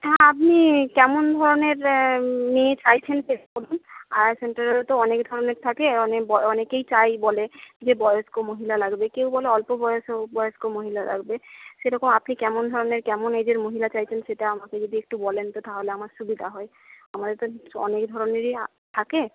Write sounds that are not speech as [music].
হ্যাঁ আপনি কেমন ধরনের মেয়ে চাইছেন সেটা বলুন আয়া সেন্টারেও তো অনেক ধরনের থাকে [unintelligible] অনেকেই চায় বলে যে বয়স্ক মহিলা লাগবে কেউ বলে অল্প বয়স বয়স্ক মহিলা লাগবে সেরকম আপনি কেমন ধরনের কেমন এজের মহিলা চাইছেন সেটা আমাকে যদি একটু বলেন তো তাহলে আমার সুবিধা হয় আমাদের তো অনেক ধরনেরই [unintelligible] থাকে